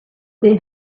they